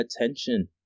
attention